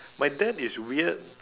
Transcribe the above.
my dad is weird